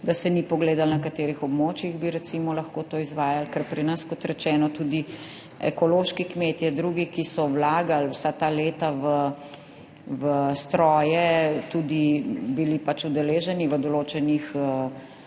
da se ni pogledalo na katerih območjih bi recimo lahko to izvajali, ker pri nas, kot rečeno, tudi ekološki kmetje, drugi, ki so vlagali vsa ta leta v stroje, tudi bili udeleženi v določenih